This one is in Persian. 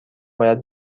باید